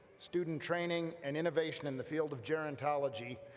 student training, and innovation in the field of gerontology,